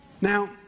Now